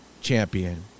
champion